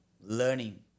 learning